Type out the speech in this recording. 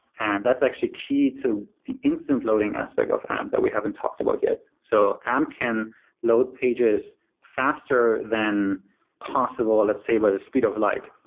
and that's actually key to the instant loading aspect of amp that we haven't talked about yet. so amp can load pages faster than possible, let's say, by the speed of light,